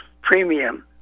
premium